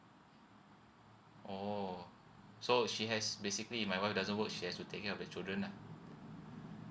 oh so she has basically my wife doesn't work she has to take care of the children lah